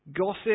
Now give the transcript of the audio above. gossip